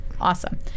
Awesome